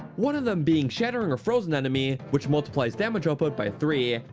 one of them being shattering a frozen enemy, which multiplies damage output by three,